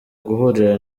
guhurira